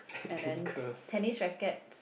and then tennis rackets